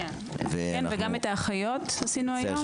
וגם את האחיות עשינו היום.